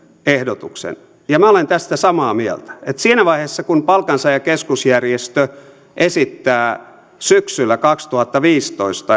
ehdotuksen ja minä olen tästä samaa mieltä että siinä vaiheessa kun palkansaajakeskusjärjestö esittää syksyllä kaksituhattaviisitoista